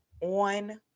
on